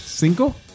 Cinco